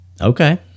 okay